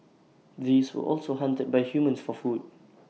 these were also hunted by humans for food